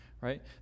right